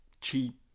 cheap